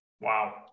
Wow